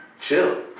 chill